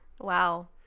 wow